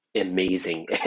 amazing